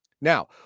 Now